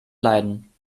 leiden